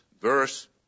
Verse